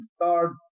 third